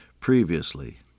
previously